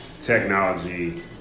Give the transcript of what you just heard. technology